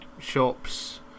shops